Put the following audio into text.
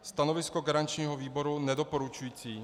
Stanovisko garančního výboru nedoporučující.